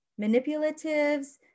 manipulatives